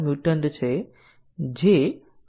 condition કવરેજના વિવિધ પ્રકારો શું છે